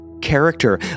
character